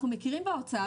אנחנו מכירים בהוצאה,